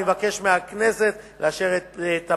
אני מבקש מהכנסת לאשר את הפיצול.